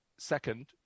Second